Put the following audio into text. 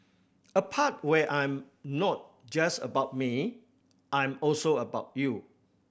a part where I'm not just about me I'm also about you